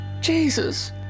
Jesus